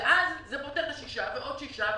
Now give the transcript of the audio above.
ואז זה פותר את השישה ועוד שישה,